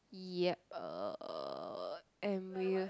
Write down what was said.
yep uh and we